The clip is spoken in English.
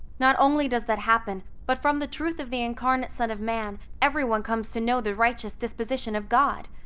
not only does that happen but from the truth of the incarnate son of man, everyone comes to know the righteous disposition of god.